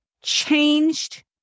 changed